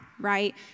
right